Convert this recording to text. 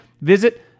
Visit